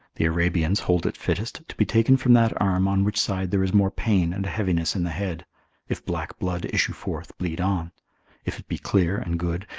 the arabians hold it fittest to be taken from that arm on which side there is more pain and heaviness in the head if black blood issue forth, bleed on if it be clear and good,